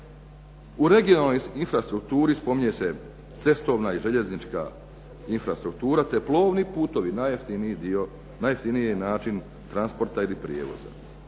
U regionalnoj infrastrukturi spominje se cestovna i željeznička infrastruktura te plovni putovi, najjeftiniji način transporta i prijevoza.